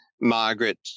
Margaret